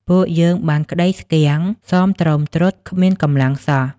ពួកយើងបានក្តីស្គាំង សមទ្រមទ្រុឌគ្មានកម្លាំងសោះ។